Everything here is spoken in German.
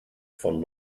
von